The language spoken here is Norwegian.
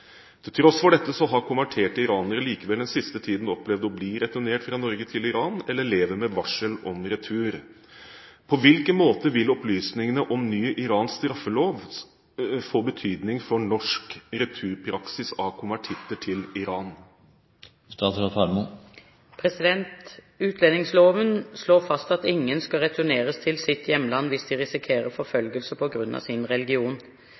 Til tross for dette har konverterte iranere likevel den siste tiden opplevd å bli returnert fra Norge til Iran eller lever med varsel om retur. På hvilken måte får opplysningene om ny iransk straffelov betydning for norsk returpraksis av konvertitter til Iran?» Utlendingsloven slår fast at ingen skal returneres til sitt hjemland hvis de risikerer forfølgelse på grunn av sin religion.